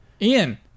Ian